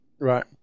Right